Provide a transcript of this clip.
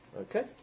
Okay